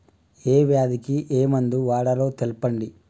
ఏ వ్యాధి కి ఏ మందు వాడాలో తెల్పండి?